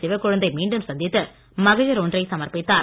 சிவகொழுந்தை மீண்டும் சந்தித்து மகஜர் ஒன்றை சமர்ப்பித்தார்